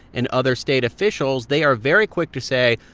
and other state officials they are very quick to say,